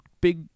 Big